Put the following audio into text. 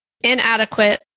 inadequate